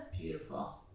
beautiful